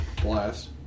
blast